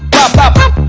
up up up